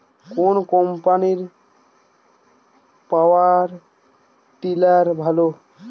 কোন কম্পানির power tiller ভালো?